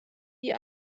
die